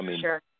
sure